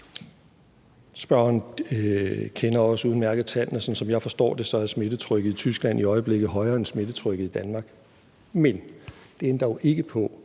Medspørgeren kender også udmærket tallene, og sådan som jeg forstår det, er smittetrykket i Tyskland i øjeblikket højere end smittetrykket i Danmark. Men det ændrer jo ikke på,